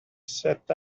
sat